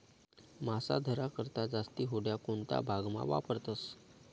मासा धरा करता जास्ती होड्या कोणता भागमा वापरतस